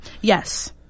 Yes